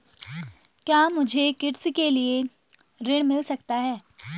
क्या मुझे कृषि ऋण मिल सकता है?